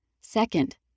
Second